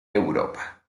europa